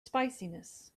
spiciness